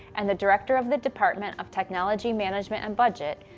and the director of the department of technology, management and budget,